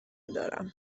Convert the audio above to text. دارم